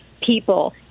people